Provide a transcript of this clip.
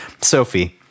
Sophie